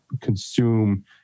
consume